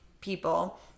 people